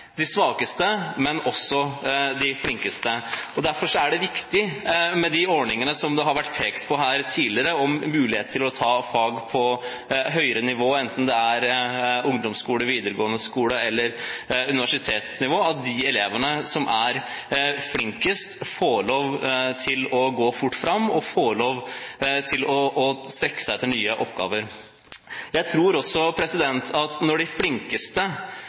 de svakeste, men også de flinkeste. Derfor er det viktig med de ordningene som det har vært pekt på her tidligere, med mulighet til å ta fag på høyere nivå, enten det er på ungdomsskole, på videregående skole eller på universitetsnivå, slik at de elevene som er flinkest, får lov til å gå fort fram og får lov til å strekke seg etter nye oppgaver. Jeg tror også at når de flinkeste